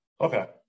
Okay